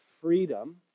freedom